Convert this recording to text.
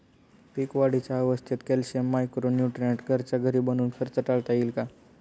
पीक वाढीच्या अवस्थेत calcium, micro nutrient घरच्या घरी बनवून खर्च टाळता येईल का?